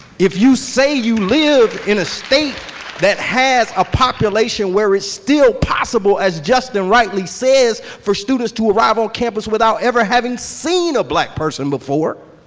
if you say you live in a state that has a population where it's still possible, as justin rightly says, for students to arrive on campus without ever having seen a black person before,